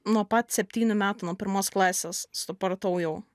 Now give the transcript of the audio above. nuo pat septynių metų nuo pirmos klasės supratau jau